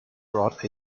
brought